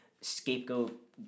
scapegoat